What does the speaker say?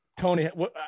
Tony